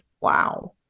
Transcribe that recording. Wow